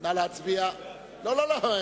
ההצעה להעביר את